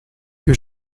que